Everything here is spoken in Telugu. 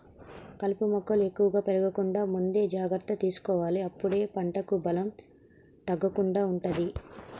కలుపు మొక్కలు ఎక్కువ పెరగకుండా ముందే జాగ్రత్త తీసుకోవాలె అప్పుడే పంటకు బలం తగ్గకుండా ఉంటది